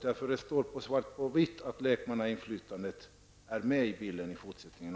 Där står svart på vitt att lekmannainflytandet skall vara med i bilden även i fortsättningen.